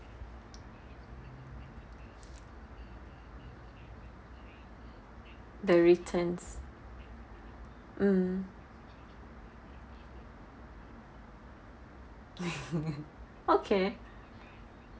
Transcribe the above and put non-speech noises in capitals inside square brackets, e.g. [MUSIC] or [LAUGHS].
the returns mm [LAUGHS] okay